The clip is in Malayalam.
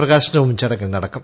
പ്രകാശനവും ചടങ്ങിൽ നടക്കും